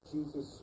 Jesus